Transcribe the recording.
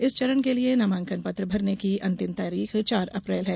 इस चरण के लिए नामांकन पत्र भरने की अंतिम तारीख चार अप्रैल है